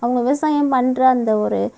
அவங்க விவசாயம் பண்ணுற அந்த ஒரு